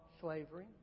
slavery